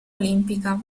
olimpica